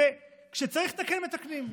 וכשצריך לתקן, מתקנים.